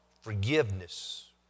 forgiveness